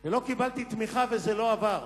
ולא קיבלתי תמיכה וזה לא עבר,